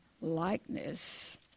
likeness